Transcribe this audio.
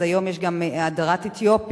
אז היום יש גם הדרת אתיופים,